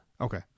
Okay